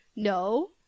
No